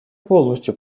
полностью